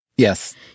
Yes